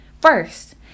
first